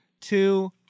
two